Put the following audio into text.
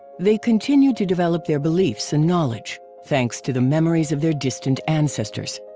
they continued to develop their beliefs and knowledge, thanks to the memories of their distant ancestors.